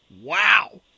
Wow